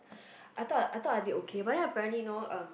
I thought I thought that I did okay but then apparently you know um